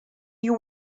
you